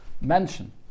mention